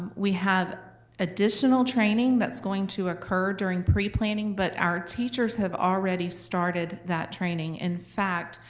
we have additional training that's going to occur during pre-planning, but our teachers have already started that training. in fact,